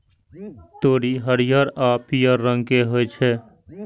तोरी हरियर आ पीयर रंग के होइ छै